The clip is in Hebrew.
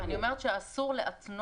נכון, אבל אני אומרת שאסור להתנות